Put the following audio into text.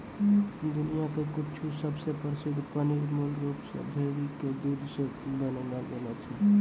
दुनिया के कुछु सबसे प्रसिद्ध पनीर मूल रूप से भेड़ी के दूध से बनैलो गेलो रहै